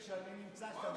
כנסת נכבדה,